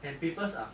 and papers are